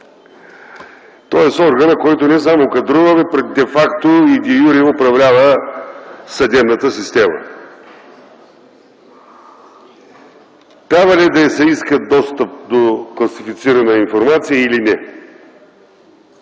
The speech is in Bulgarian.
Тоест органът, който не само кадрува, но де факто и де юре управлява съдебната система. Трябва ли да се иска достъп до класифицирана информация или не?